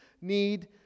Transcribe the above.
need